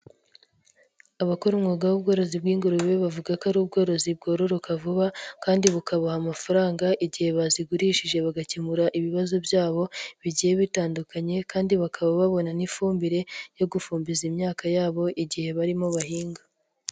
Abakora umwuga w'ubworozi bw'ingurube bavuga ko ari ubworozi bwororoka vuba kandi bukabaha amafaranga igihe bazigurishije bagakemura ibibazo byabo bigiye bitandukanye kandi bakaba babona n'ifumbire yo gufumbiza imyaka yabo igihe barimo bahinga.